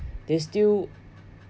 they still